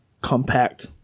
compact